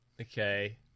okay